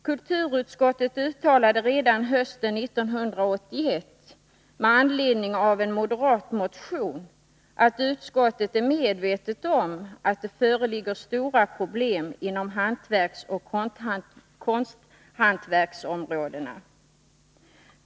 Kulturutskottet uttalade redan hösten 1981, med anledning av en moderat motion, att utskottet är medvetet om att det föreligger stora problem inom hantverksoch konsthantverksområdena.